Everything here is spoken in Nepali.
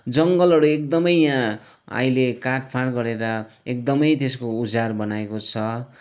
जङ्गलहरू एकदमै यहाँ अहिले काटफाँड गरेर एकदमै त्यसको उजाड बनाइएको छ